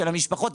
של המשפחות,